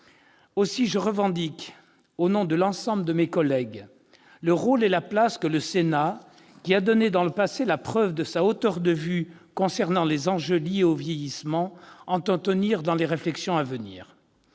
Aussi, je revendique, au nom de l'ensemble de mes collègues, le rôle et la place que le Sénat, qui a donné dans le passé la preuve de sa hauteur de vues concernant les enjeux liés au vieillissement, entend tenir dans les réflexions à venir.